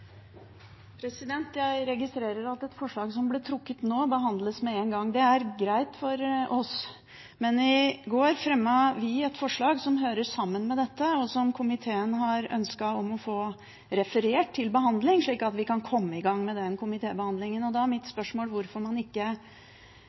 ordet. Jeg registrerer at et forslag som ble trukket nå, behandles med en gang. Det er greit for oss, men i går fremmet vi et forslag som hører sammen med dette, og som komiteen har ønsket å få referert til behandling, slik at vi kan komme i gang med komitébehandlingen. Da er mitt